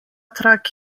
trak